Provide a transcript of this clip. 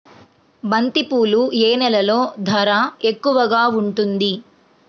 బంతిపూలు ఏ నెలలో ధర ఎక్కువగా ఉంటుంది?